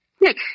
Nick